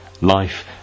life